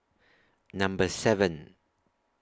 Number seven